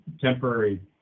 temporary